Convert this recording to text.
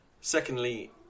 Secondly